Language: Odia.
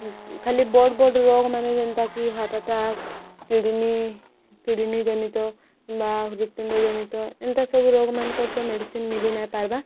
ଖାଲି ବଡ଼ ବଡ଼ ରୋଗମାନେ ଯେନ୍ତାକି ହାର୍ଟଆଟାକ୍ କିଡ଼ନୀ କିଡ଼ନୀ ଜନିତ ବା ହୃତପିଣ୍ଡ ଜନିତ ଏନ୍ତା ସବୁ ରୋଗମାନଙ୍କର ତ ମେଡ଼ିସିନ୍ ମିଳିନାଇଁ ପାର୍ବା